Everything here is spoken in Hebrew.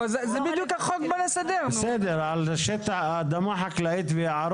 זה בדיוק מה שהתחלתי את ראש המועצה